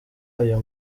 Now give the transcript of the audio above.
ayo